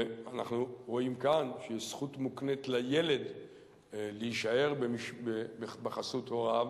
אנחנו רואים כאן שיש זכות מוקנית לילד להישאר בחסות הוריו.